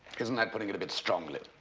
isn't that putting it a bit strongly?